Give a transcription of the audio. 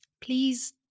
please